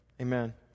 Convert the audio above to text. amen